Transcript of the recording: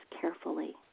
carefully